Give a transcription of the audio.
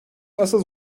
asıl